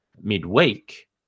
midweek